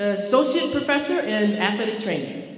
associate professor and athletic training.